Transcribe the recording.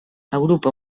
agrupa